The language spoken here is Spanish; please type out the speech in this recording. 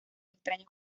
extraños